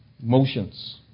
motions